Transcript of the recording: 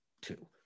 two